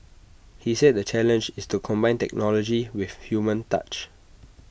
he said the challenge is to combine technology with human touch